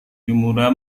kimura